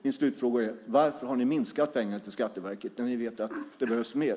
Min slutfråga är: Varför har ni minskat pengarna till Skatteverket när ni vet att det behövs mer?